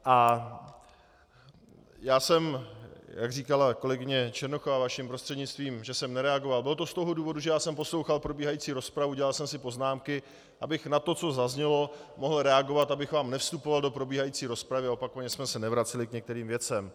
A já jsem, jak říkala kolegyně Černochová, vaším prostřednictvím, že jsem nereagoval, bylo to z toho důvodu, že jsem poslouchal probíhající rozpravu, dělal jsem si poznámky, abych na to, co zaznělo, mohl reagovat, abych vám nevstupoval do probíhající rozpravy a opakovaně jsme se nevraceli k některým věcem.